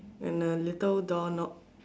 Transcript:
and a little door knob